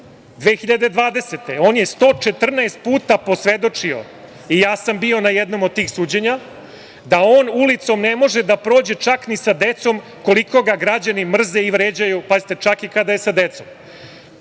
on je 114 puta posvedočio, ja sam bio na jednom od tih suđenja, da on ulicom ne može da prođe čak ni sa decom, koliko ga građani mrze i vređaju. Pošto je on odabrao da je ovo